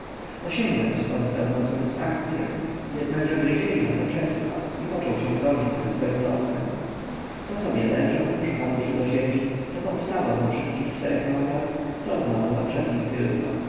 osięgał ztąd pewną satysfakcyę jednakże gryzienia zaprzestał i począł się godzić ze swoim losem to sobie leżał przypadłszy do ziemi to postawał na wszystkich czterech nogach to znów na przednich tylko